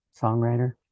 songwriter